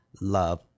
love